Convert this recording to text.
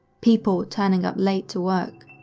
people turning up late to work,